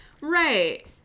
right